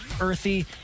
earthy